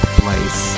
place